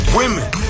women